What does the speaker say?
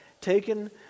taken